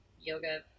yoga